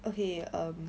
okay um